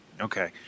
Okay